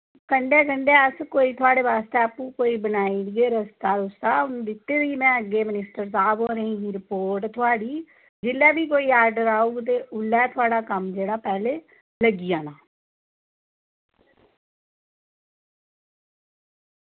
कंढै कंढै कोई अस तुआढ़े बासतै कोई बनाई ओड़गे रस्ता उसदा कीती ही में अग्गैं मनिस्टर होरें गी रपोर्ट थुआढ़ी जिसलै बी कोई आर्डर औग ते उसलै कम्म थुआढ़ा पैह्लैं लग्गी जाना